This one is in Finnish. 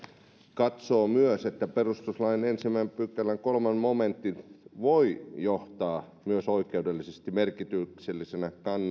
katsoo myös että perustuslain ensimmäisen pykälän kolmannesta momentista voi johtaa myös oikeudellisesti merkityksellisen kannan